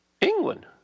England